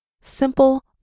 simple